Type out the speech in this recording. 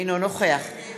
נגד